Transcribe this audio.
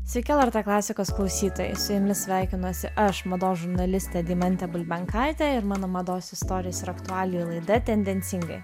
sveiki lrt klasikos klausytojai su jumis sveikinuosi aš mados žurnalistė deimantė bulbenkaitė ir mano mados istorijos ir aktualijų laida tendencingai